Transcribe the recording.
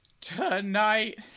tonight